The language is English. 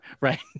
Right